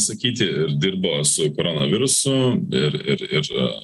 sakyti ir dirbo su koronavirusu ir ir ir